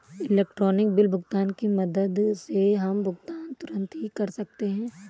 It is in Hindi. इलेक्ट्रॉनिक बिल भुगतान की मदद से हम भुगतान तुरंत ही कर सकते हैं